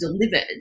delivered